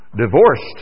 divorced